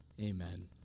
Amen